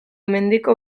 mendiko